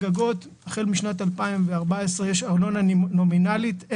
החל משנת 2014 לגגות יש ארנונה נומינלית.